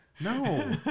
No